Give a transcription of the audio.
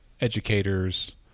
educators